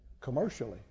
commercially